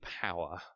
power